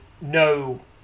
no